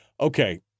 Okay